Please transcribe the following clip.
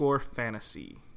fantasy